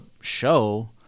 show